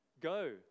Go